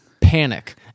panic